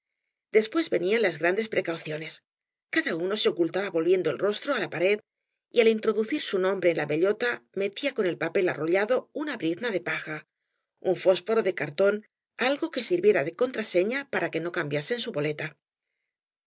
después venían las grandes precauciones cada uno le ocultaba volviendo el rostro á la pared y al introducir bu nombre en la bellota metía con el papel arrollado una brizna de paja un fóeforo de cartón algo que sirviera de contraseña para que no cambiasen su boleta